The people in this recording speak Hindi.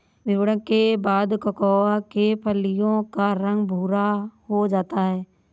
किण्वन के बाद कोकोआ के फलियों का रंग भुरा हो जाता है